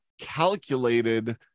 calculated